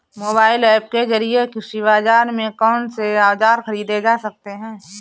Mobile app के जरिए कृषि बाजार से कौन से औजार ख़रीदे जा सकते हैं?